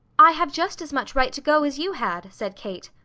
i have just as much right to go as you had, said kate.